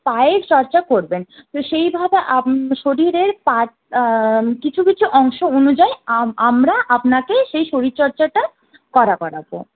পায়ের চর্চা করবেন তো সেইভাবে শরীরের তার কিছু কিছু অংশ অনুযায়ী আমরা আপনাকে সেই শরীরচর্চাটা করা করাবো